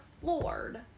floored